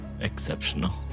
Exceptional